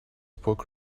poke